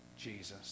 Jesus